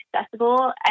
accessible